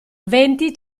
venti